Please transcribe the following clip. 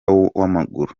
w’amaguru